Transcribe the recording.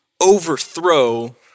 overthrow